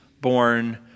born